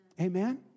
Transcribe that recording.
Amen